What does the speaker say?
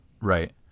Right